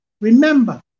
remember